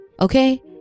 okay